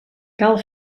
cal